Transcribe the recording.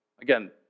Again